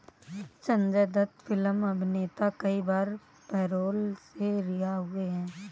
Sanjay Dutt film अभिनेता कई बार पैरोल से रिहा हुए हैं